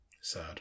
Sad